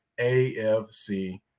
AFC